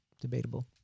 Debatable